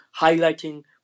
highlighting